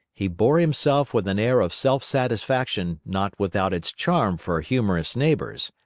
he bore himself with an air of self-satisfaction not without its charm for humorous neighbors.